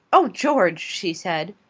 oh, george, she said,